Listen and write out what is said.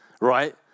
Right